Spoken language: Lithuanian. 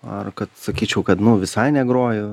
ar kad sakyčiau kad nu visai negroju